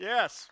Yes